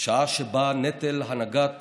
שעה שבה נטל הנהגת